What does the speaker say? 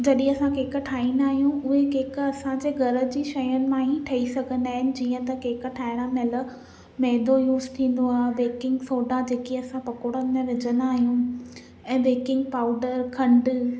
जॾहिं असां केक ठाहींदा आहियूं उहे असां जे घर जी शयुनि मां ई ठही सघंदा आहिनि जीअं त केक ठाहिणु महिल मैदो यूज़ थींदो आहे बेकिंग सोढा जेकी असां पकौड़नि में विझंदा आहियूं ऐं बेकिंग पाउडर खंडु